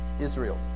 Israel